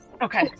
Okay